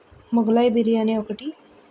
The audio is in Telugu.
మొగలాయి బిర్యానీ ఒకటి